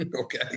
Okay